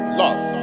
love